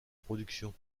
production